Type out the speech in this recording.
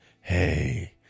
hey